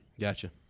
Gotcha